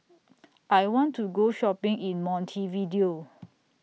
I want to Go Shopping in Montevideo